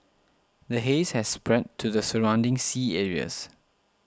the haze has spread to the surrounding sea areas